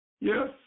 Yes